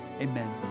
amen